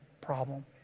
problem